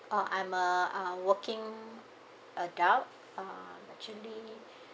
oh I'm a uh working adult uh actually